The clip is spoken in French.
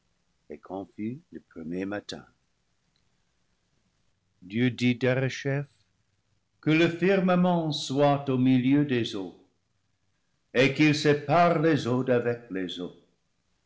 et quand fut le premier matin dieu dit derechef que le firmament soit au milieu des eaux et qu'il sé pare les eaux d'avec les